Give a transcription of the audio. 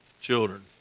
children